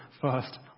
first